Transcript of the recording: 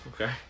Okay